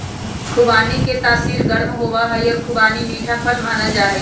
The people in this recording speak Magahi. खुबानी के तासीर गर्म होबा हई और खुबानी मीठा फल मानल जाहई